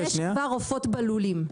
יש כבר עופות בלולים,